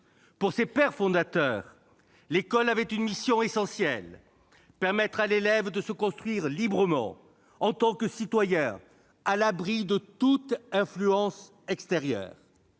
Pour ses pères fondateurs, l'école avait une mission essentielle : permettre à l'élève de se construire librement en tant que citoyen, à l'abri de toute influence extérieure.